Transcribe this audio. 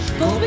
go